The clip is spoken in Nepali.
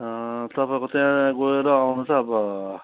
तपाईँको त्यहाँ गएर आउनु त अब